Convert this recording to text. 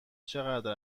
چقدر